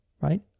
right